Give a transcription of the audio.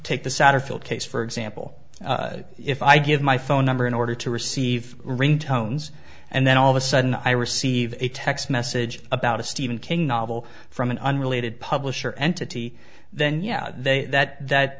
take the satterfield case for example if i give my phone number in order to receive ring tones and then all of a sudden i receive a text message about a stephen king novel from an unrelated publisher entity then yeah they that